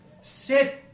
sit